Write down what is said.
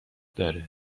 داره